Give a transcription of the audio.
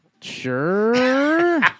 Sure